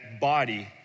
body